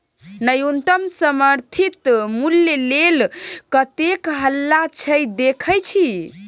न्युनतम समर्थित मुल्य लेल कतेक हल्ला छै देखय छी